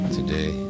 Today